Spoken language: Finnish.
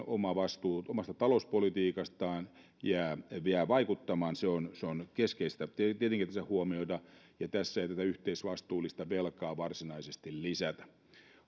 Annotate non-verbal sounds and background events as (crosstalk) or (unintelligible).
(unintelligible) oma vastuu omasta talouspolitiikastaan jää vielä vaikuttamaan se on se on keskeistä tietenkin tässä huomioida ja tässä ei tätä yhteisvastuullista velkaa varsinaisesti lisätä